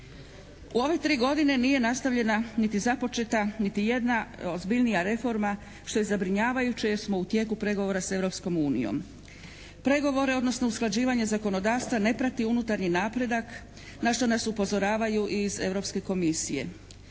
U ove 3 godine nije nastavljena niti započeta niti jedna ozbiljnija reforma što je zabrinjavajuće jer smo u tijeku pregovora s Europskom unijom. Pregovore, odnosno usklađivanje zakonodavstva ne prati unutarnji napredak, na što nas upozoravaju i iz